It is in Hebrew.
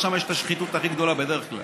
שם יש את השחיתות הכי גדולה בדרך כלל.